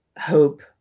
hope